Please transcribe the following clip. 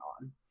on